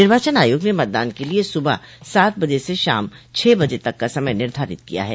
निर्वाचन आयोग ने मतदान के लिये सुबह सात बजे से शाम छह बजे तक का समय निर्धारित किया है